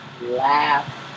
laugh